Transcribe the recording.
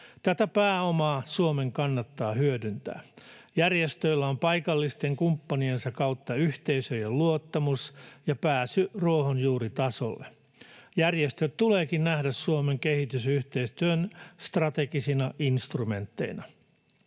Tätä pääomaa Suomen kannattaa hyödyntää. Järjestöillä on paikallisten kumppaniensa kautta yhteisöjen luottamus ja pääsy ruohonjuuritasolle. Järjestöt tuleekin nähdä Suomen kehitysyhteistyön strategisina instrumentteina,